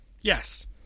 yes